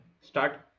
start